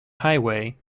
highway